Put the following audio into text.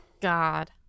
God